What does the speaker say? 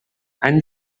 any